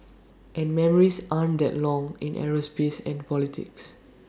and memories aren't that long in aerospace and politics